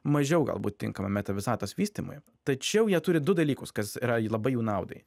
mažiau galbūt tinkama meta visatos vystymui tačiau jie turi du dalykus kas yra labai jų naudai